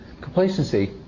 Complacency